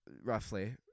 Roughly